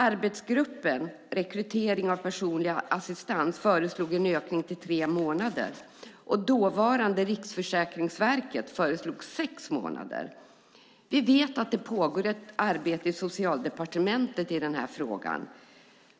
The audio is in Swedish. Arbetsgruppen Rekrytering av personliga assistenter föreslog en ökning till tre månader, och dåvarande Riksförsäkringsverket föreslog sex månader. Vi vet att det pågår ett arbete i Socialdepartementet i denna fråga,